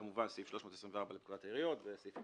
כמובן סעיף 324 לפקודת העיריות והסעיפים